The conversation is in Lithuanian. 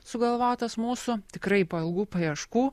sugalvotas mūsų tikrai po ilgų paieškų